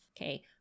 okay